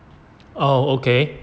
oh okay